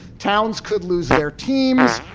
towns could lose their teams.